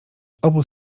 obu